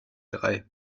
drei